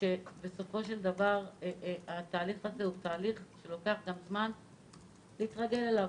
התהליך הזה הוא תהליך שלוקח זמן להתרגל אליו,